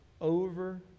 over